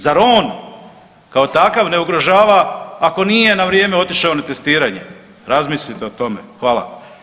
Zar on kao takav ne ugrožava ako nije na vrijeme otišao na testiranje razmislite o tome, hvala.